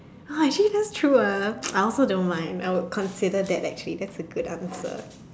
ah actually that's true ah I also don't mind I would consider that actually that's a good answer